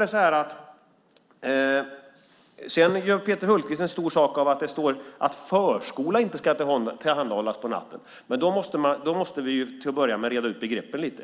Peter Hultqvist gör en stor sak av att det står att förskola inte ska tillhandahållas på natten. Då måste vi reda ut begreppen lite.